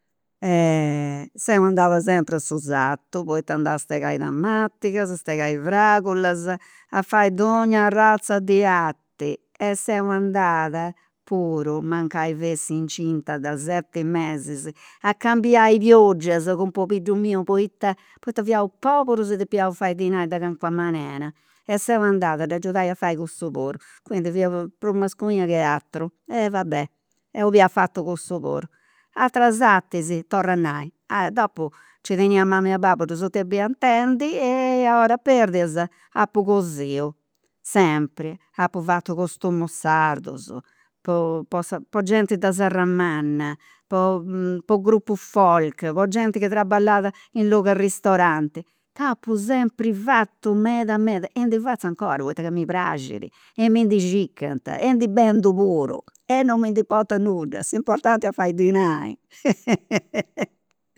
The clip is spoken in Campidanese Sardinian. seu andat sempri a su sartu, poita andà a segai tamatigas, a segai fragulas, a fai donnia arrazza de arti e seu andat puru mancai fessi incinta de seti mesis a cambiai is pioggias cun pobiddu miu poita, poita fiaus poburus e depiaus fai dinai de calincuna manera e seu andat a dd'agiudai a fai cussu puru. Quindi fia prus masculina che aturu, e va bè. 'olia fatu cussu puru. Ateras artis, torra a nai, dopu nci tenia a mama e a babbu, ddus depia atendi e a oras perdias apu cosiu, sempri, apu fatu costumis sardus, po po genti de Serramanna, po po gruppus folk, po genti chi traballat in logu 'e ristoranti, nd'apu sempri fatzu meda meda e ndi fatzu 'ncora poita ca mi praxit, e mi ndi circant e ndi bendu puru e non mi ndi portat nudda, s'importanti est a fai dinai